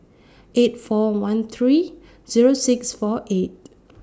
eight four one three Zero six four eight